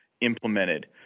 implemented